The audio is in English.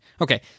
Okay